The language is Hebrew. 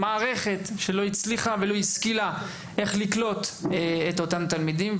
מערכת שלא הצליחה ולא השכילה איך לקלוט את אותם תלמידים.